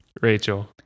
Rachel